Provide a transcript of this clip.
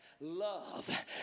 love